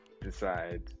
decide